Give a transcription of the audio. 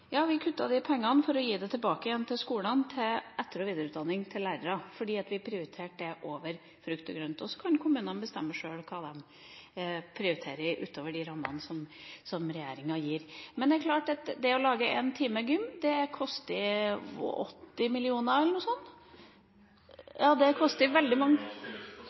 Ja, vi kuttet de pengene for å gi dem tilbake igjen til skolen til etter- og videreutdanning for lærere. Vi prioriterte det over frukt og grønt. Så kan kommunene bestemme sjøl hva de prioriterer utover de rammene som regjeringa gir. Men det er klart at det å legge inn en time gym koster – 80 mill. kr eller noe sånt? Det er ikke anledning til å stille spørsmål! Det koster veldig mange